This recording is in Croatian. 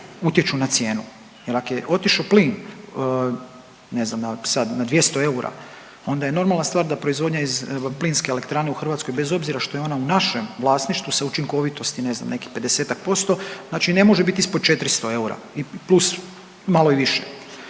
utječu na cijenu jer ako je otišao plin ne znam sad na 200 eura onda je normalna stvar da proizvodnja iz plinske elektrane u Hrvatskoj bez obzira što je ona u našem vlasništvu sa učinkovitosti ne znam nekih 50% znači ne može biti ispod 400 eura plus malo i više.